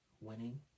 Winning